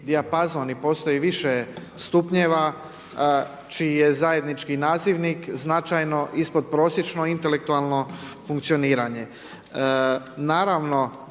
dijapazon i postoji više stupnjeva čiji je zajednički nazivnik značajno ispod prosječno intelektualno funkcioniranje.